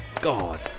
God